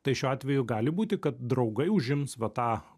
tai šiuo atveju gali būti kad draugai užims va tą